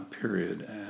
period